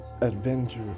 Adventure